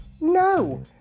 no